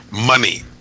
Money